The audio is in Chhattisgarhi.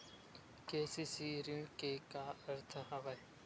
के.सी.सी ऋण के का अर्थ हवय?